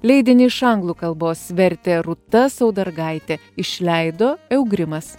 leidinį iš anglų kalbos vertė rūta saudargaitė išleido eugrimas